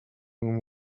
room